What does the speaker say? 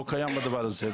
לא קיים הדבר הזה.